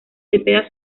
cepeda